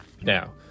Now